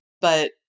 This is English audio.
But-